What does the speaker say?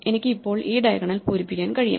എനിക്ക് ഇപ്പോൾ ഈ ഡയഗണൽ പൂരിപ്പിക്കാൻ കഴിയും